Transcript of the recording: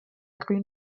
grünen